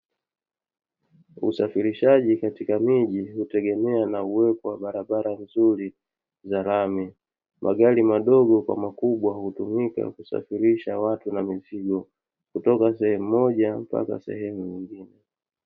Usafirishaji katika miji hutegemea na uwepo wa barabara nzuri za rami, magari madogo kwa makubwa hutumika kusafirisha watu na mizigo kutoka sehemu moja mpaka sehemu nyingine.